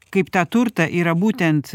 kaip tą turtą yra būtent